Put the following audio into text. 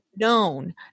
known